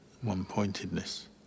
one-pointedness